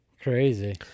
Crazy